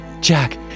Jack